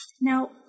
Now